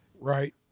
Right